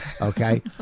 Okay